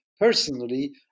personally